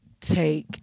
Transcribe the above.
Take